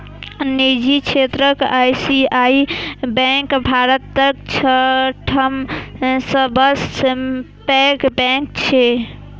निजी क्षेत्रक ICICI bank भारतक छठम सबसं पैघ बैंक छियै